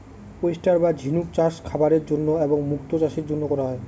oyster বা ঝিনুক চাষ খাবারের জন্য এবং মুক্তো চাষের জন্য করা হয়